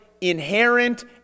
inherent